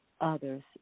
others